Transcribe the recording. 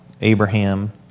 Abraham